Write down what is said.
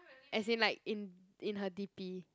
as in like in in her d_p